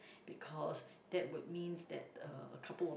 because that would mean that the a couple of